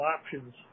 options